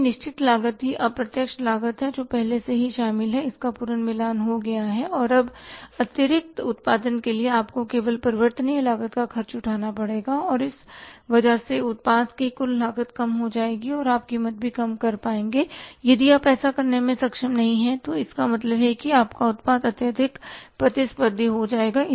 जबकि निश्चित लागत ही अप्रत्यक्ष लागत है जो पहले से ही शामिल है इसका पूर्ण मिलान हो गया है और अब अतिरिक्त उत्पादन के लिए आपको केवल परिवर्तनीय लागत का खर्च उठाना पड़ेगा और इस वजह से उत्पाद की कुल लागत कम हो जाएगी और आप कीमत भी कम कर पाएंगे यदि अन्य ऐसा करने में सक्षम नहीं हैं तो इसका मतलब है कि आपका उत्पाद अत्यधिक प्रतिस्पर्धी हो जाएगा